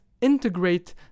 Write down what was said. integrate